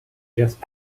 just